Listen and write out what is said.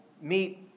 meet